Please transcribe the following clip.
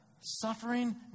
Suffering